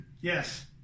Yes